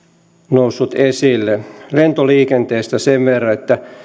noussut esille lentoliikenteestä sen verran että